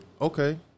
Okay